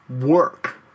work